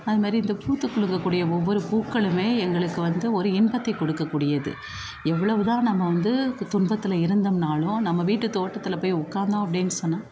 அது மாரி இந்த பூத்துக்குலுங்கக்கூடிய ஒவ்வொரு பூக்களுமே எங்களுக்கு வந்து ஒரு இன்பத்தைக் கொடுக்கக்கூடியது எவ்வளவு தான் நம்ம வந்து துன்பத்தில் இருந்தோம்னாலும் நம்ம வீட்டு தோட்டத்தில் போய் உட்காந்தோம் அப்படின்னு சொன்னால்